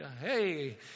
Hey